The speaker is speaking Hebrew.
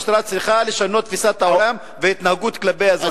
המשטרה צריכה לשנות את תפיסת העולם וההתנהגות כלפי האזרחים.